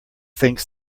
thinks